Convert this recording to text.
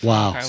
Wow